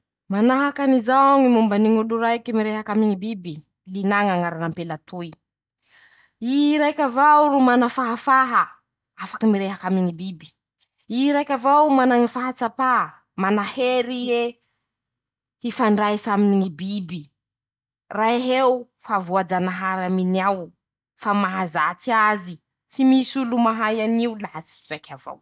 Manahaky anizao ñy mombany ñ'olo raiky mirehaky aminy ñy biby: -Lina ñ'añarany ampela toy. I raiky avao ro mana fahafaha mirehaky aminy ñy biby ,i raiky avao mana ñy fahatsapà ,mana hery ie ,hifandraisa aminy ñy biby ,rah'eo fa voajanahary aminy ao ,fa mahazatsy azy ,tsy misy olo mahay an'io laha tsy i raiky avao.